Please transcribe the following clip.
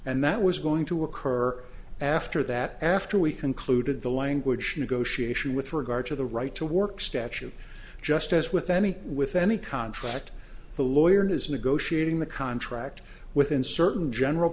and that was going to occur after that after we concluded the language negotiation with regard to the right to work statute just as with any with any contract the lawyer is negotiating the contract within certain general